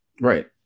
Right